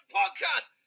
podcast